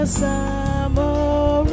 summer